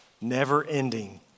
never-ending